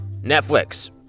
Netflix